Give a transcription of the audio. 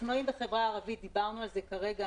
אופנועים וחברה ערבית דיברנו על זה כרגע,